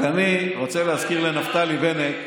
רק אני רוצה להזכיר לנפתלי בנט,